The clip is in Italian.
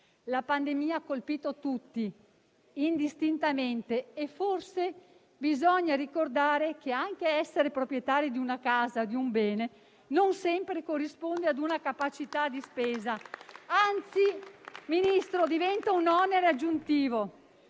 la pandemia ha colpito tutti indistintamente e forse bisogna ricordare che anche essere proprietari di una casa, di un bene, non sempre corrisponde a una capacità di spesa; anzi, signor Ministro, diventa un onere aggiuntivo.